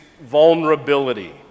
vulnerability